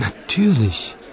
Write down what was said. Natürlich